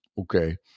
Okay